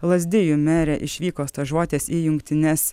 lazdijų merė išvyko stažuotis į jungtines